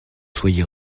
soyez